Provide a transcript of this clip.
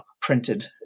printed